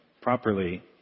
properly